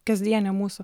kasdienė mūsų